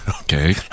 okay